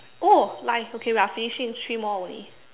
oh nice okay we are finishing three more only